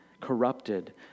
corrupted